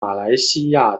马来西亚